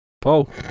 Paul